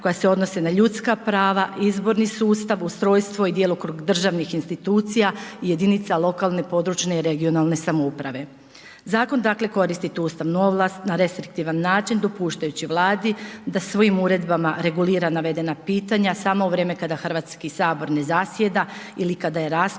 koja se odnose na ljudska prava, izborni sustav, ustrojstvo i djelokrug državnih institucija jedinica lokalne, područne (regionalne) samouprave. Zakon koristi tu ustavnu ovlast na restriktivan način dopuštajući Vladi da svojim uredbama regulira navedena pitanja samo u vrijeme kada Hrvatski sabor ne zasjeda ili kada je raspušten